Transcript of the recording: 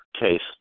case